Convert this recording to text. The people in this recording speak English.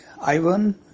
Ivan